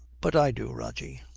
but i do, rogie.